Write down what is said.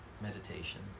meditation